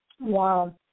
Wow